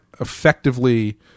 effectively